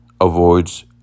avoids